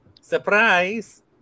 Surprise